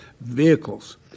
vehicles